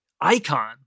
icon